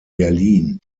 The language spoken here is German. berlin